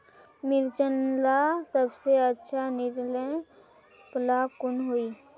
मिर्चन ला सबसे अच्छा निर्णय ला कुन होई?